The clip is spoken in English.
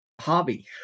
hobby